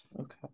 okay